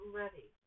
ready